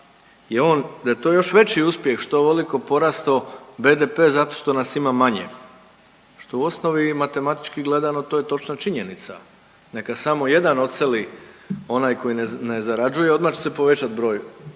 je on, da je to još veći uspjeh što je ovoliko porastao BDP zato što nas ima manje, što u osnovi, matematički gledano, to je točna činjenica, neka samo jedan odseli onaj koji ne zarađuje, odmah će se povećati broj,